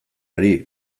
ari